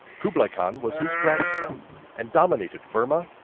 kublai khan was his grandson and dominated burma,